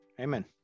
Amen